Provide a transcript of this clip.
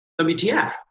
WTF